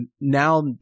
now